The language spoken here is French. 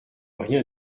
rien